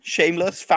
Shameless